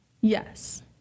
Yes